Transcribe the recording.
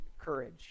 courage